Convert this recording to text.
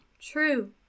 True